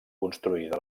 construïda